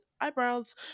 eyebrows